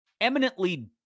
eminently